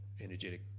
energetic